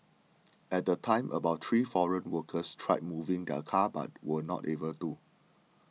at the time about three foreign workers tried moving the car but were not able to